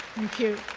thank you.